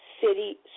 city